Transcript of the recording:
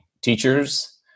teachers